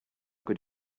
good